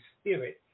spirit